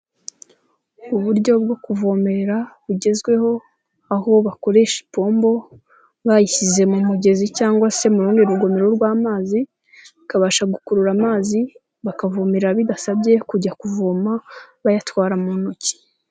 Uburyo bwo kuvomerera bugezweho aho bakoresha ipombo bayishyize mu mugezi cyangwa se mu rundi rugomero rw'amazi ikabasha gukurura amazi bakavomerera bidasabye kujya kuvoma bayatwara mu ntoki.